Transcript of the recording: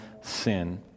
sin